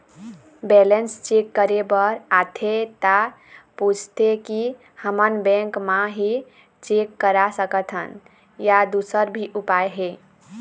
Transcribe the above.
Balance check करे बर आथे ता पूछथें की हमन बैंक मा ही चेक करा सकथन या दुसर भी उपाय हे?